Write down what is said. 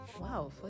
wow